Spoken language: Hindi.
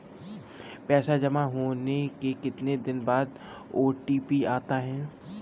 पैसा जमा होने के कितनी देर बाद ओ.टी.पी आता है?